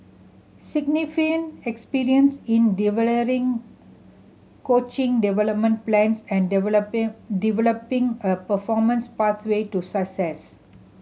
significant experience in delivering coaching development plans and developing a performance pathway to success